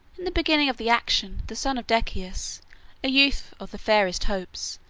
in the beginning of the action, the son of decius, a youth of the fairest hopes,